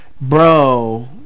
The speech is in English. bro